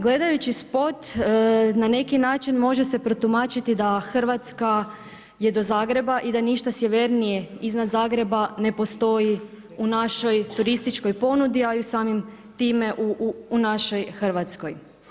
Gledajući spot na neki način može se protumačiti da Hrvatska je do Zagreba i da ništa sjevernije iznad Zagreba ne postoji u našoj turističkoj ponudi, a i samim time u našoj Hrvatskoj.